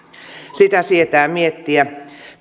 sitä sietää miettiä